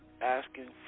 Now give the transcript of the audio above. Asking